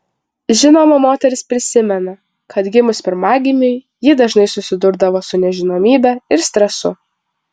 žinoma moteris prisimena kad gimus pirmagimiui ji dažnai susidurdavo su nežinomybe ir stresu